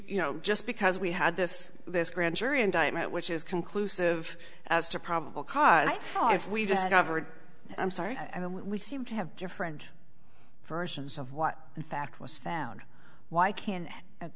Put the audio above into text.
you know just because we had this this grand jury indictment which is conclusive as to probable cause if we just covered i'm sorry i mean we seem to have different versions of what in fact was found why can't it